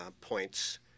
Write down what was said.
points